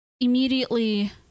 immediately